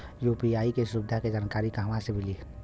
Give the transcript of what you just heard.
UPI के सुविधा के जानकारी कहवा से मिली?